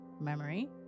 memory